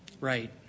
Right